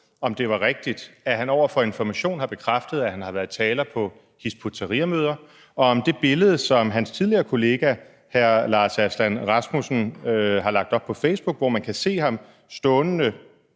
om det var rigtigt, at han over for Information har bekræftet, at han har været taler på Hizb ut-Tahrir-møder, og om det billede, som hans tidligere kollega hr. Lars Aslan Rasmussen har lagt op på Facebook, hvor man kan se ham stående